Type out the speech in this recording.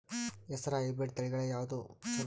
ಹೆಸರ ಹೈಬ್ರಿಡ್ ತಳಿಗಳ ಯಾವದು ಚಲೋ?